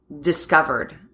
discovered